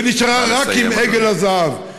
ונשארה רק עם עגל הזהב.